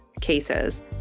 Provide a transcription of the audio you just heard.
cases